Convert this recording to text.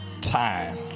time